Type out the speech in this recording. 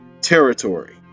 territory